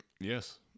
Yes